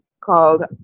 called